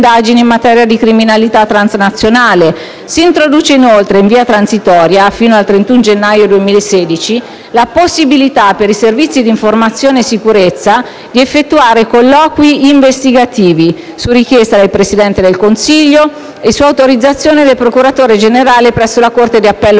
Si introduce inoltre, in via transitoria (fino al 31 gennaio 2016), la possibilità per i Servizi di informazione e sicurezza di effettuare colloqui investigativi, su richiesta del Presidente del Consiglio e su autorizzazione del procuratore generale presso la corte di appello